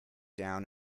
down